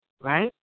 right